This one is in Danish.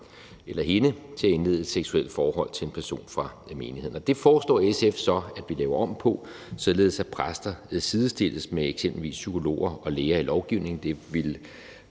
eller hende, til at indlede et seksuelt forhold med en person fra menigheden. Det foreslår SF så at vi laver om på, således at præster sidestilles med eksempelvis psykologer og læger i lovgivningen – det ville